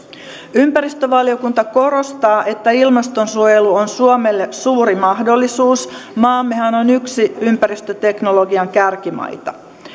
ympäristövaliokunta korostaa että ilmastonsuojelu on suomelle suuri mahdollisuus maammehan on yksi ympäristöteknologian kärkimaita